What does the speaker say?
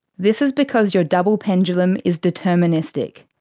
this is because your double pendulum is deterministic.